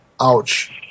Ouch